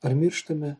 ar mirštame